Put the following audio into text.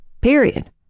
Period